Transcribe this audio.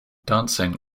dancing